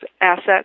assets